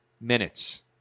minutes